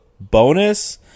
bonus